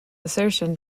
assertion